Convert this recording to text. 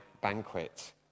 banquet